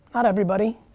not everybody,